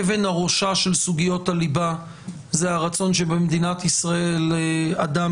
אבן הראשה של סוגיות הליבה זה הרצון שבמדינת ישראל אדם